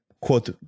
quote